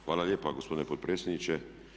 Hvala lijepa gospodine potpredsjedniče.